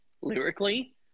lyrically